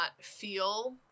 feel